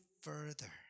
further